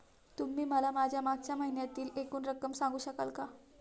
तुम्ही मला माझ्या मागच्या महिन्यातील एकूण रक्कम सांगू शकाल का?